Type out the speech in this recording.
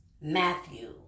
Matthew